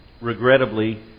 regrettably